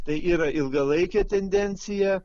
tai yra ilgalaikė tendencija